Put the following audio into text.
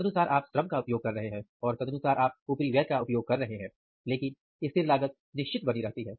तदनुसार आप श्रम का उपयोग कर रहे हैं और तदनुसार आप उपरिव्यय का उपयोग कर रहे हैं लेकिन स्थिर लागत निश्चित बनी रहती है